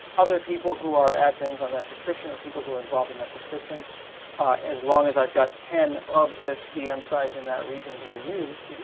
other people who are admins on that subscription or people who are involved in that subscription as long as i've got ten of this vm size in that region being used,